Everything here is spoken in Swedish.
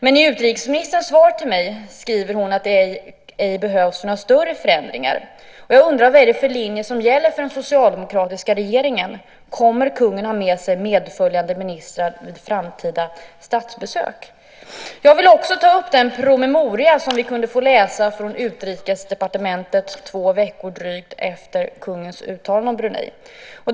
Men i utrikesministerns svar skriver hon att det ej behövs några större förändringar. Jag undrar: Vad är det för linje som gäller för den socialdemokratiska regeringen? Kommer kungen att ha med sig medföljande ministrar vid framtida statsbesök? Jag vill också ta upp den promemoria från Utrikesdepartementet som vi kunde få läsa drygt två veckor efter kungens uttalande om Brunei.